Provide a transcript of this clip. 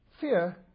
fear